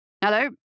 Hello